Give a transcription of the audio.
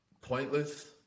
pointless